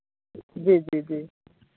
जी जी जी